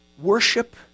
worship